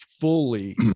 fully